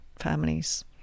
families